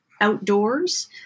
outdoors